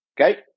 okay